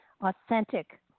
authentic